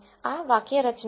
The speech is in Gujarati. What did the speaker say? આ વાક્યરચના છે